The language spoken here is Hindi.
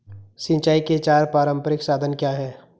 सिंचाई के चार पारंपरिक साधन क्या हैं?